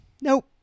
Nope